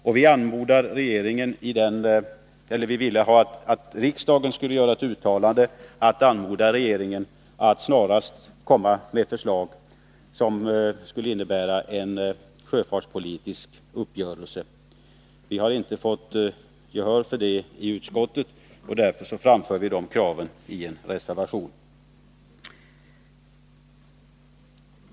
Socialdemokraterna i utskottet vill att riksdagen gör ett uttalande, där regeringen anmodas att kraftfullt verka för att en sjöfartspolitisk uppgörelse snarast kan nås. Vi fick inte gehör för det i utskottet. Därför framför vi detta krav i en reservation.